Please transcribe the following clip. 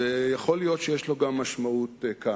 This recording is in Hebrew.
ויכול להיות שיש לו גם משמעות כאן.